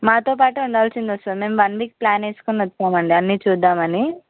మాతో పాటే ఉండాల్సింది వస్తుంది మేము వన్ వీక్ ప్లాన్ వేసుకుని వస్తాము అండి అన్ని చూద్దామని